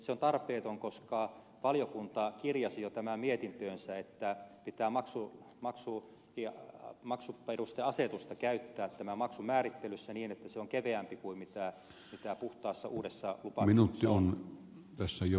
se on tarpeeton koska valiokunta kirjasi jo tämän mietintöönsä että pitää maksuperusteasetusta käyttää tämän maksun määrittelyssä niin että se on keveämpi kuin puhtaassa uudessa lupa